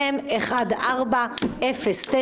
שאותה ינמק